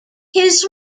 his